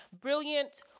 brilliant